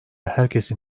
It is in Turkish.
herkesin